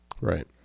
Right